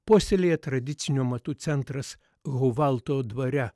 puoselėja tradicinių amatų centras houvalto dvare